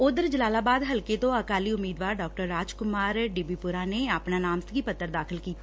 ਉਧਰ ਜਲਾਲਾਬਾਦ ਹਲਕੇ ਤੋਂ ਅਕਾਲੀ ਉਮੀਦਵਾਰ ਡਾ ਰਾਜ ਕੁਮਾਰ ਡਿੱਬੀਪੁਰਾ ਨੇ ਆਪਣਾ ਨਾਮਜ਼ਦਗੀ ਪੱਤਰ ਦਾਖਲ ਕੀਤਾ